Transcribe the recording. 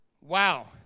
Wow